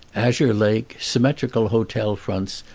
azure lake, symmetrical hotel fronts,